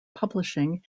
publishing